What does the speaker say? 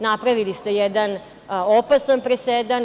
Napravili ste jedan opasan presedan.